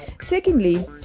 secondly